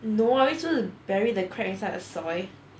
no are we suppose to bury the crab inside the soil